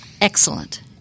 Excellent